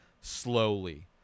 slowly